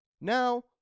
now